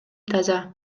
таза